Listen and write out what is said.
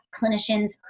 clinicians